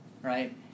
right